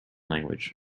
language